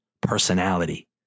personality